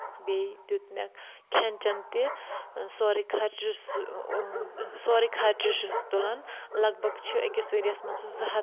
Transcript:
بیٚیہِ دیُت مےٚ کھٮ۪ن چؠن تہِ سورُے خرچہٕ سورُے خرچہِ چھُس تُلن لگ بگ چھِ أکِس ؤریَس منٛز سُہ زٕ ہَتھ